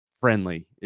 friendly